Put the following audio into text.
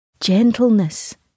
gentleness